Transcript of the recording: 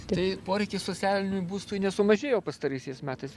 tai poreikis socialinių būstų nesumažėjo pastaraisiais metais